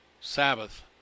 Sabbath